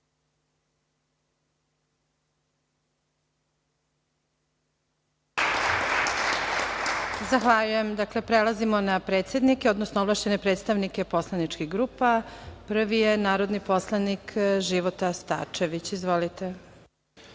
Zahvaljujem. Prelazimo na predsednike, odnosno ovlašćene predstavnike poslaničkih grupa. Prvi je narodni poslanik Života Starčević. Izvolite.